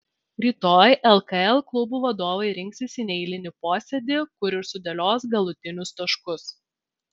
rytoj lkl klubų vadovai rinksis į neeilinį posėdį kur ir sudėlios galutinius taškus